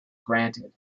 granted